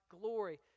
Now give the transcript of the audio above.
glory